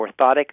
orthotic